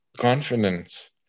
confidence